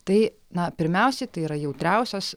tai na pirmiausiai tai yra jautriausios